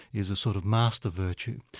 is a sort of master virtue.